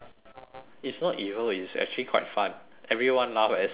it's not evil it is actually quite fun everyone laugh except for her